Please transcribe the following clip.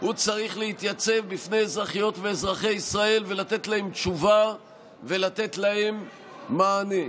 צריך להתייצב בפני אזרחיות ואזרחי ישראל ולתת להם תשובה ולתת להם מענה,